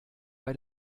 bei